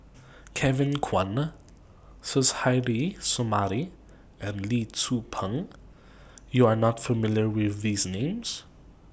Kevin Kwan Suzairhe Sumari and Lee Tzu Pheng YOU Are not familiar with These Names